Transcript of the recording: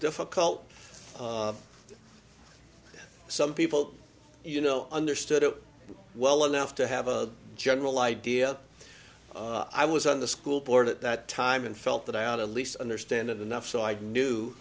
difficult some people you know understood it well enough to have a general idea i was on the school board at that time and felt that i on a least understand it enough so i knew